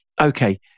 okay